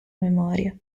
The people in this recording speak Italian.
memoria